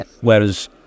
whereas